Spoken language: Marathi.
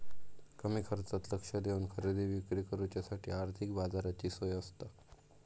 कमी खर्चात लक्ष देवन खरेदी विक्री करुच्यासाठी आर्थिक बाजाराची सोय आसता